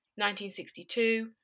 1962